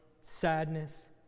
sadness